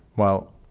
while